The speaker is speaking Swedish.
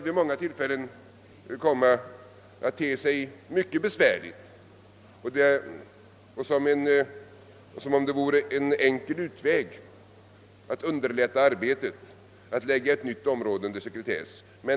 Vid många tillfällen kan det komma att te sig mycket besvärligt och då kan det synas vara en enkel utväg att underlätta arbetet genom att lägga ett nytt område under sekretess.